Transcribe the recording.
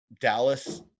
Dallas